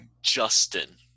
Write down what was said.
Justin